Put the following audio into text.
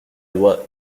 loi